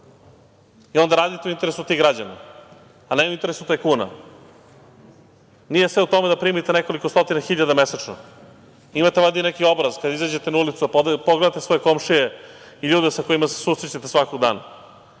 i onda radite u interesu tih građana, a ne u interesu tajkuna. Nije sve u tome da primite nekoliko stotina hiljada mesečno. Imate valjda i neki obraz kad izađete na ulicu pogledate svoje komšije i ljude sa kojima se susrećete svakog dana.